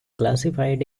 classified